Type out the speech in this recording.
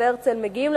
מגיעים למסקנה,